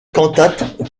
cantate